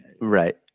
Right